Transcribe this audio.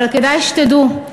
אבל כדאי שתדעו,